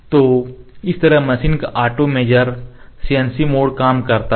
तो इस तरह मशीन का ऑटो मेजर CNC mode काम करता है